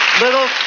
little